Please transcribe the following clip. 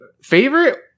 Favorite